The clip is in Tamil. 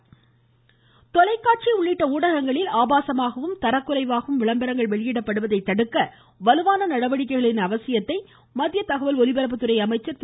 பிரகாஷ் ஜவ்டேகர் தொலைக்காட்சி உள்ளிட்ட ஊடகங்களில் ஆபாசமாகவும் தரக்குறைவாகவும் விளம்பரங்கள் வெளியிடப்படுவதை தடுக்க வலுவான நடவடிக்கைகளின் அவசியத்தை மத்திய தகவல் ஒலிபரப்புத்துறை அமைச்சர் திரு